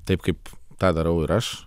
taip kaip tą darau ir aš